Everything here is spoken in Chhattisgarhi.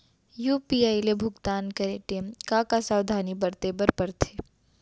यू.पी.आई ले भुगतान करे टेम का का सावधानी बरते बर परथे